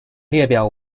列表